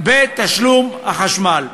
בתשלום החשמל.